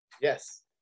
Yes